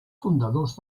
fundadors